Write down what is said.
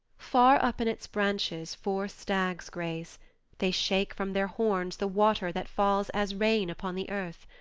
far up in its branches four stags graze they shake from their horns the water that falls as rain upon the earth.